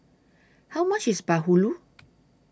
How much IS Bahulu